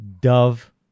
Dove